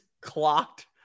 clocked